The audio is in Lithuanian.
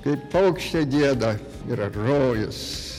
kai paukščiai gieda yra rojus